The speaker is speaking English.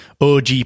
OG